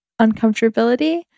uncomfortability